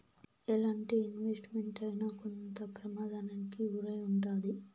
ఎలాంటి investment అయినా కొంత ప్రమాదానికి గురై ఉంటాది